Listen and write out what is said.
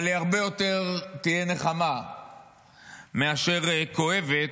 אבל היא הרבה יותר תהיה נחמה מאשר כואבת.